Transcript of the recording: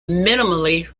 minimally